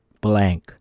blank